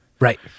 Right